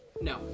No